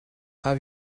have